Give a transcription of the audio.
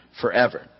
forever